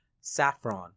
Saffron